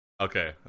Okay